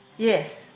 Yes